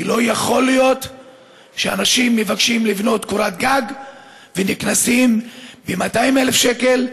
כי לא יכול להיות שאנשים מבקשים לבנות קורת גג ונקנסים ב-200,000 שקל,